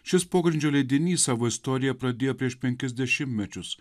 šis pogrindžio leidinys savo istoriją pradėjo prieš penkis dešimtmečius